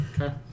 Okay